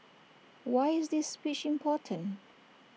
why is this speech important